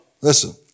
listen